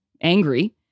angry